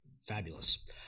Fabulous